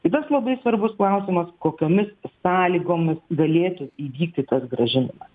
kitas labai svarbus klausimas kokiomis sąlygomis galėtų įvykti tas grąžinimas